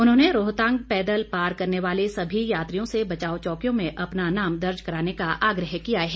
उन्होंने रोहतांग पैदल पार तय करने वाले सभी यात्रियों से बचाव चौकियों में अपना नाम दर्ज कराने का आग्रह किया है